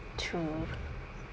true